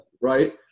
Right